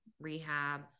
rehab